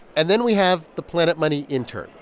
and then we have the planet money intern,